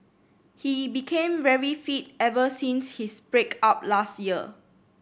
he became very fit ever since his break up last year